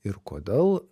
ir kodėl